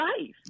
life